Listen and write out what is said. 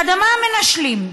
אדמה מנשלים,